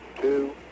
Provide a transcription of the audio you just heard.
two